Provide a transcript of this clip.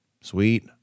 sweet